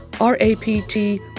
R-A-P-T